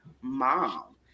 mom